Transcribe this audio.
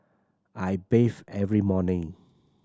I bathe every morning